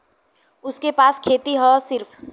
उनके पास खेती हैं सिर्फ